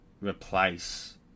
replace